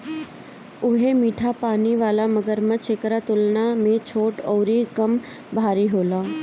उहे मीठा पानी वाला मगरमच्छ एकरा तुलना में छोट अउरी कम भारी होला